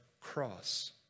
cross